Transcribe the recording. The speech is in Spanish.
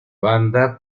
banda